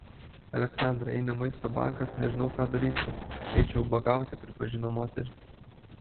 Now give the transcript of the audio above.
aleksandra jei ne maisto bankas nežinau ką daryčiau eičiau ubagauti pripažino moteris